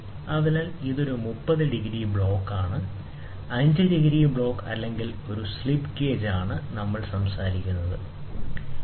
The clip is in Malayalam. അതിനാൽ ഇതൊരു 30 ഡിഗ്രി ബ്ലോക്കാണ് ഇത് 5 ഡിഗ്രി ബ്ലോക്ക് അല്ലെങ്കിൽ ഒരു സ്ലിപ്പ് ഗേജ് ആണ് നമ്മൾ സംസാരിക്കുന്നതെന്തും